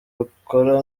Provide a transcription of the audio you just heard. rukora